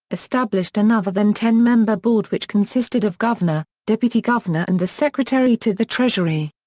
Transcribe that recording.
established another then ten member board which consisted of governor, deputy governor and the secretary to the treasury.